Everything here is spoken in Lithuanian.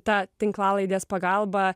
ta tinklalaidės pagalba